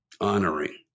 honoring